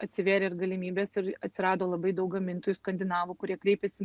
atsivėrė galimybės ir atsirado labai daug gamintojų skandinavų kurie kreipiasi